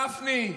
גפני?